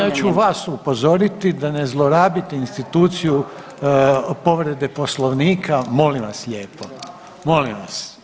Ne, ja ću vas upozoriti da ne zlorabite instituciju povrede Poslovnika, molim vas lijepo, molim vas.